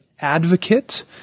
advocate